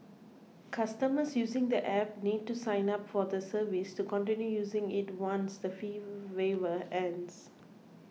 customers using the App need to sign up for the service to continue using it once the fee waiver ends